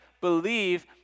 believe